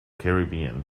caribbean